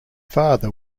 father